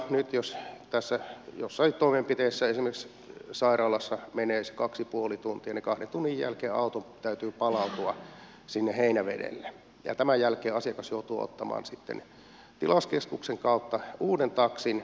nyt jos jossain toimenpiteessä esimerkiksi sairaalassa menee kaksi ja puoli tuntia niin kahden tunnin jälkeen auton täytyy palautua sinne heinävedelle ja tämän jälkeen asiakas joutuu ottamaan tilauskeskuksen kautta uuden taksin